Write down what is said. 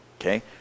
okay